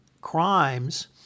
crimes